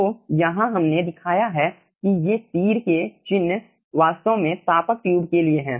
तो यहाँ हमने दिखाया है कि ये तीर के चिन्ह वास्तव में तापक ट्यूब के लिए हैं